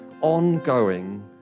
ongoing